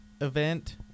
event